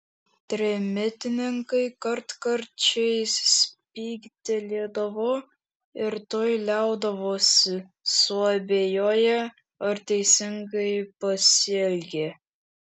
trimitininkai kartkarčiais spygtelėdavo ir tuoj liaudavosi suabejoję ar teisingai pasielgė